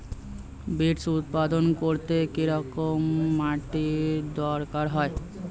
Beets উৎপাদন করতে কেরম মাটির দরকার হয়?